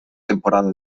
temporada